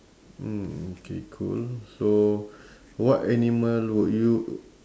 mm okay cool so what animal would you